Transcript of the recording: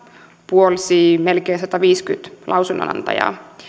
puolsi melkein sataviisikymmentä lausunnonantajaa